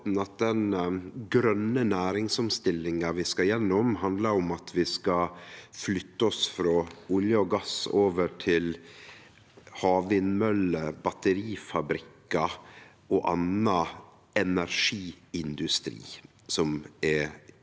den grøne næringsomstillinga vi skal gjennom, handlar om at vi skal flytte oss frå olje og gass og over til havvindmøller, batterifabrikkar og annan energiindustri som er fossilfri.